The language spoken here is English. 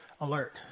Alert